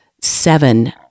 seven